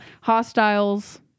Hostiles